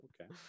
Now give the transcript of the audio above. okay